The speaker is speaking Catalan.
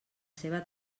seva